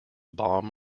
bomb